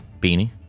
beanie